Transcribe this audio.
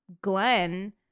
Glenn